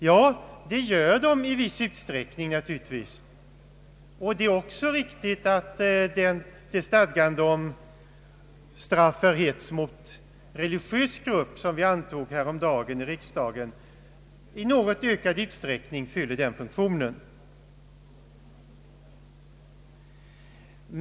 Ja, det gör de naturligtvis i viss utsträckning. Det är också riktigt att stadgandet om straff för hets mot religiös grupp, som vi antog häromdagen i riksdagen, i något ökad utsträckning fyller den funktionen.